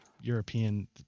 European